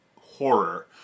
horror